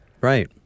Right